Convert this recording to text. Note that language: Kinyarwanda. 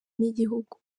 n’igihugu